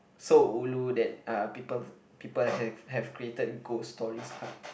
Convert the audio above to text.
so ulu that uh people people have have created ghost stories